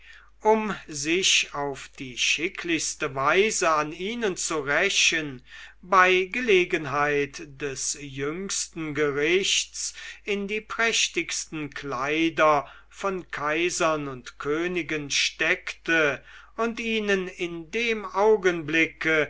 um sich auf die schicklichste weise an ihnen zu rächen bei gelegenheit des jüngsten gerichts in die prächtigsten kleider von kaisern und königen steckte und ihnen in dem augenblicke